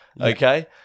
Okay